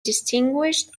distinguished